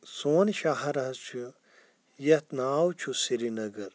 سون شہر حظ چھُ یَتھ ناو چھُ سرینگر